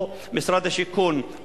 או משרד השיכון,